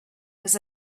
was